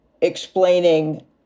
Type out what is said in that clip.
explaining